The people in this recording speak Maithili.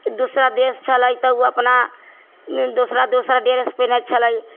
दूसरा देश छलै तऽ ओ अपना दोसरा दोसरा ड्रेस पेनहै छलै